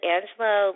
Angelo